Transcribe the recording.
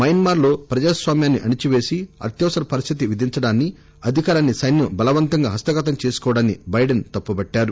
Myanmar లో ప్రజాస్వామ్యాన్ని అణచిపేసి అత్యవసర పరిస్దితి విధించడాన్ని అధికారాన్ని సైన్యం బలవంతంగా హస్తగతం చేసుకోవడాన్ని బైడెన్ తప్పుబట్టారు